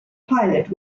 pilot